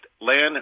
land